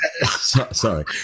Sorry